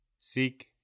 Seek